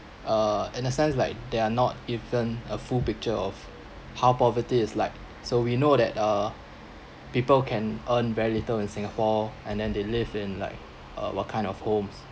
uh in a sense like they are not even a full picture of how poverty is like so we know that uh people can earn very little in singapore and then they live in like uh what kind of homes